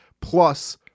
plus